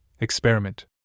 experiment